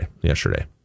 yesterday